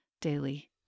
daily